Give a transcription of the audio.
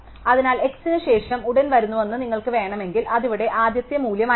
അതിനാൽ x ന് ശേഷം ഉടൻ വരുന്ന ഒന്ന് നിങ്ങൾക്ക് വേണമെങ്കിൽ അത് ഇവിടെ ആദ്യത്തെ മൂല്യമായിരിക്കും